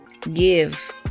give